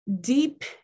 deep